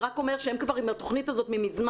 זה רק אומר שהם כבר עם התכנית הזאת ממזמן.